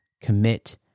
commit